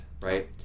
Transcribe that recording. right